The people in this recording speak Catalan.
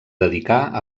dedicar